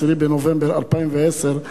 10 בנובמבר 2010,